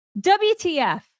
WTF